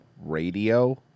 Radio